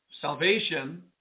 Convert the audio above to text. salvation